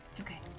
okay